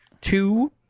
two